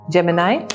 Gemini